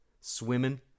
swimming